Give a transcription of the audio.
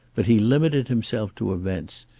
but he limited himself to events,